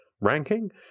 ranking